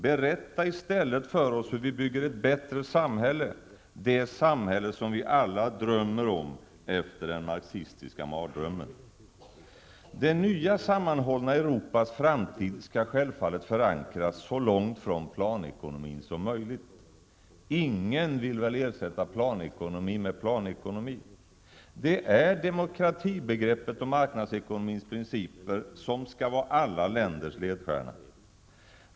Berätta i stället för oss hur vi bygger ett bättre samhälle, det samhälle som vi alla drömmer om efter den marxistiska mardrömmen. Det nya sammanhållna Europas framtid skall självfallet förankras så långt från planekonomin som möjligt. Ingen vill väl ersätta planekonomi med planekonomi. Det är demokratibegreppet och marknadsekonomins principer som skall vara alla länders ledstjärna.